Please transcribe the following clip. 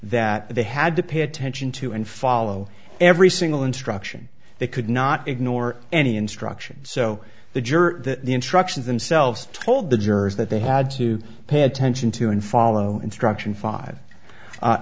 that they had to pay attention to and follow every single instruction they could not ignore any instructions so the juror that the instructions themselves told the jurors that they had to pay attention to and follow instruction five